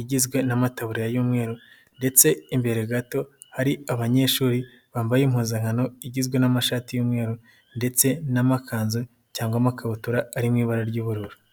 igizwe n'amataburariya y'umweru ndetse imbere gato hari abanyeshuri bambaye impuzankano igizwe n'amashati y'umweru ndetse n'amakanzu cyangwamo amakabutura ari mu ibara ry'ubururu.